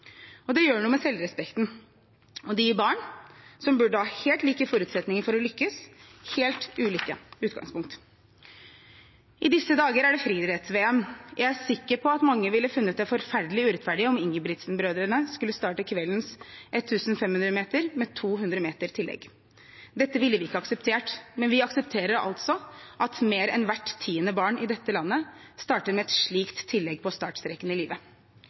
Det gjør noe med selvrespekten, og det gir barn – som burde ha helt like forutsetninger for å lykkes – helt ulike utgangspunkt. I disse dager er det VM i friidrett. Jeg er sikker på at mange ville funnet det forferdelig urettferdig om Ingebrigtsen-brødrene skulle startet kveldens 1 500-meter med et 200 meters tillegg. Det ville vi ikke akseptert. Men vi aksepterer altså at mer enn hvert tiende barn i dette landet starter med et slikt tillegg på startstreken i livet.